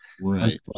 Right